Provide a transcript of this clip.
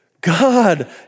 God